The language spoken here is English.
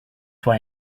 why